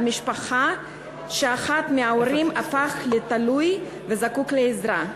על משפחה שאחד מההורים הפך לתלוי וזקוק לעזרה.